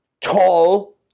tall